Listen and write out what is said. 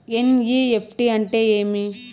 NEFT అంటే ఏమి